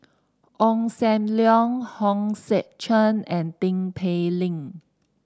Ong Sam Leong Hong Sek Chern and Tin Pei Ling